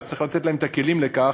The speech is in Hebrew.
אז צריך לתת להם את הכלים לכך.